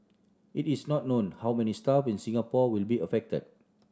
it is not known how many staff in Singapore will be affected